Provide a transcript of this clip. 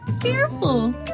fearful